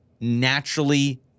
naturally